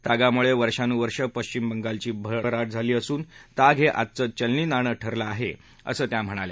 तागामुळे वर्षानुवर्षे पश्चिम बंगालघी भरभराट झाली असून ताग हे आजचं चलनी नाणं ठरलं आहे असं त्या म्हणाल्या